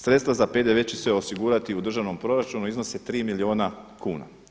Sredstva za PDV će se osigurati u državnom proračunu a iznose 3 milijuna kuna.